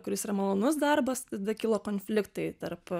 kuris ir malonus darbas tada kilo konfliktai tarp